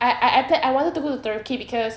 I I plan I wanted to go to turkey cause